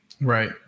right